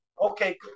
okay